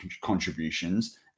contributions